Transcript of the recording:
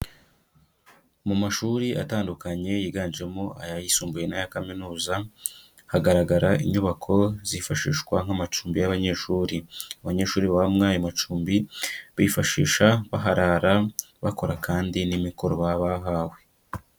Mu mashuri atandukanye yiganjemo ay'ayisumbuye n'aya kaminuza hagaragara inyubako zifashishwa nk'amacumbi y'abanyeshuri. Abanyeshuri baba mo ayo macumbi bifashisha baharara, bakora kandi n'imikoro baba bahawe.